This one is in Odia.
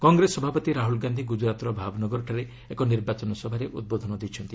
କଂଗ୍ରେସ ସଭାପତି ରାହୁଲ୍ ଗାନ୍ଧି ଗୁଜରାତ୍ର ଭାବନଗରଠାରେ ଏକ ନିର୍ବାଚନ ସଭାରେ ଉଦ୍ବୋଧନ ଦେଇଛନ୍ତି